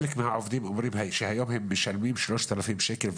חלק מהעובדים אומרים שהיום הם משלמים שלושת אלפים שקל,